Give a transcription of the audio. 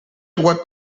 what